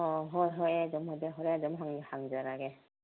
ꯑꯧ ꯍꯣꯏ ꯍꯣꯏ ꯑꯩ ꯍꯣꯔꯦꯟ ꯑꯗꯨꯝ ꯍꯪꯖꯔꯒꯦ